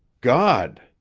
god!